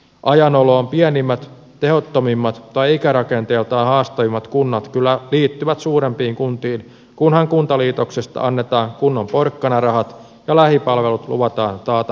ajan oloon pienimmät tehottomimmat tai ikärakenteeltaan haastavimmat kunnat kyllä liittyvät suurempiin kuntiin kunhan kuntaliitoksesta annetaan kunnon porkkanarahat ja lähipalvelut luvataan taata lähipalvelulailla